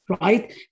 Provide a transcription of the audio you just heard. right